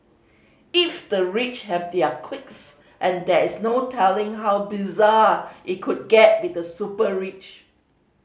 if the rich have their quirks and there is no telling how bizarre it could get with the super rich